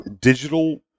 digital